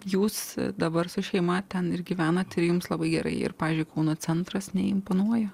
jūs dabar su šeima ten ir gyvenate ir jums labai gerai ir pavyzdžiui kauno centras neimponuoja